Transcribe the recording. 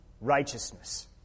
righteousness